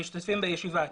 המשתתפים בישיבה.